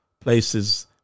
places